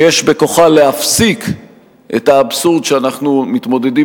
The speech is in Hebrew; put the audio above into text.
שיש בכוחה להפסיק את האבסורד שאנחנו מתמודדים